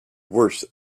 worse